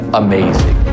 amazing